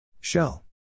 Shell